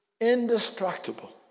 Indestructible